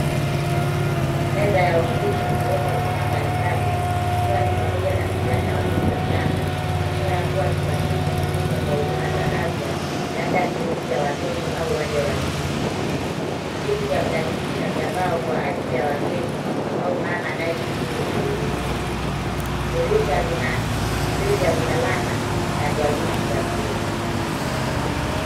Meza ya ofisi imewekwa vifaa mbalimbali ikiwa ni pamoja na mizani ya watoto wachanga ishara ya kwamba chumba hii hutumika kwa huduma za afya labda kliniki ya watoto au wajawazito. Viti vya plastiki na vya mbao kwa ajili ya wageni au mama anaye subiri kuhudumiwa. Dirisha lina grili ya usalama na jalusi za vioo.